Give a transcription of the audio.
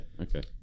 Okay